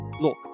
look